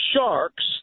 sharks